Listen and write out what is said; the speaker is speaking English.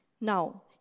Now